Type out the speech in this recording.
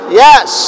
yes